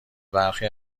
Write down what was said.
برخی